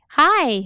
hi